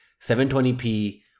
720p